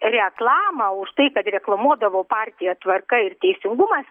reklamą už tai kad reklamuodavo partiją tvarka ir teisingumas